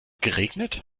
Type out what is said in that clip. geregnet